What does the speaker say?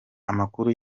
amakuru